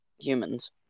humans